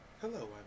Hello